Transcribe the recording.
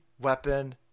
weapon